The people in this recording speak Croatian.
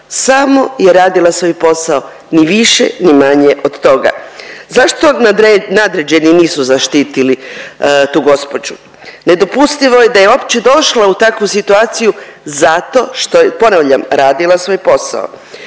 samo je radila svoj posao, ni više ni manje od toga. Zašto nadređeni nisu zaštitili tu gospođu? Nedopustivo je da je uopće došla u takvu situaciju zato što je, ponavljam, radila svoj posao.